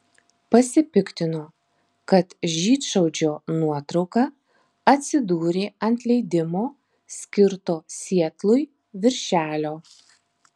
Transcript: pasipiktino kad žydšaudžio nuotrauka atsidūrė ant leidimo skirto sietlui viršelio